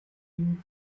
ging